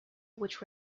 which